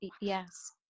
yes